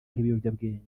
nk’ibiyobyabwenge